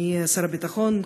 אדוני שר הביטחון,